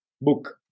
Book